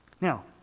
now